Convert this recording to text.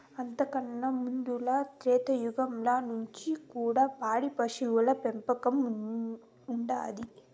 అంతకన్నా ముందల త్రేతాయుగంల నుంచి కూడా పాడి పశువుల పెంపకం ఉండాది